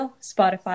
Spotify